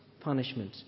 punishment